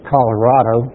Colorado